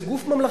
זה גוף ממלכתי,